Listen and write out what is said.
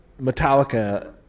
Metallica